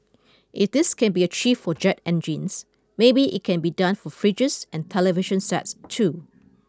if this can be achieved for jet engines maybe it can be done for fridges and television sets too